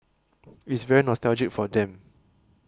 it's very nostalgic for them